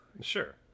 Sure